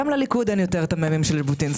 גם לליכוד אין יותר את המ"מים של ז'בוטינסקי.